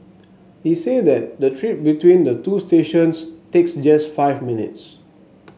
he said that the trip between the two stations takes just five minutes